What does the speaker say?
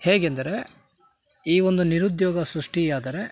ಹೇಗೆಂದರೆ ಈ ಒಂದು ನಿರುದ್ಯೋಗ ಸೃಷ್ಟಿಯಾದರೆ